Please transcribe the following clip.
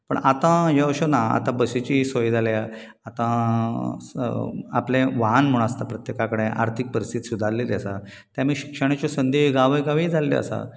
पूण आतां हें अशें ना आतां बशींचीं सोय जाल्या आतां आपलें वाहन म्हूण आसता प्रत्येका कडेन आर्थीक परिस्थिती सुदारिल्ली आसा तेंय बी शिक्षणाचे संदी गांवी गांवी जाल्ले आसात